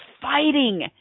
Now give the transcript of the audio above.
fighting